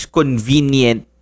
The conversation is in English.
convenient